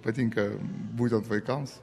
patinka būtent vaikams